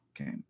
okay